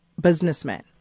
businessmen